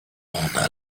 ona